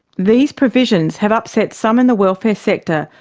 these provisions have upset some in the welfare sector,